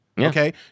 Okay